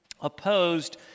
opposed